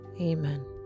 amen